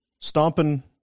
Stomping